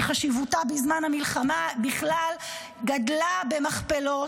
שחשיבותה בזמן המלחמה בכלל גדלה במכפלות,